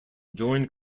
joined